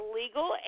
illegal